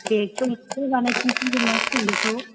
ए खेवनानै बानाय फिनजोब नांसिगोन बेखौ